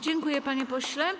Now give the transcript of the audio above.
Dziękuję, panie pośle.